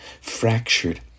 fractured